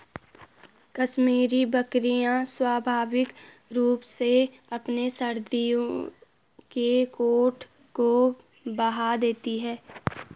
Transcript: कश्मीरी बकरियां स्वाभाविक रूप से अपने सर्दियों के कोट को बहा देती है